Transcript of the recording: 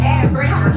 average